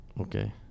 okay